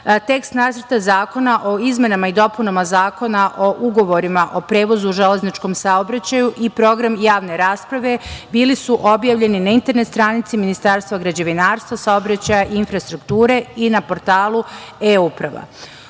Tekst Nacrta zakona o izmenama i dopunama Zakona o ugovorima o prevozu u železničkom saobraćaju i Program javne rasprave bili su objavljeni na internet stranici Ministarstva građevinarstva, saobraćaja i infrastrukture i na portalu eUprava.